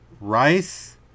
rice